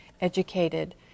educated